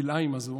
הכלאיים הזו.